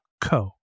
co